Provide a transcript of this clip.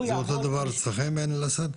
זה אותו דבר אצלכם בעין אל-אסד?